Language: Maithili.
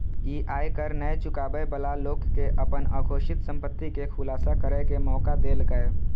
ई आयकर नै चुकाबै बला लोक कें अपन अघोषित संपत्ति के खुलासा करै के मौका देलकै